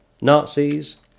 Nazis